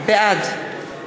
בעד